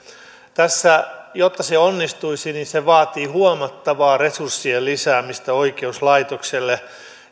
jotta se onnistuisi se vaatii huomattavaa resurssien lisäämistä oikeuslaitoksille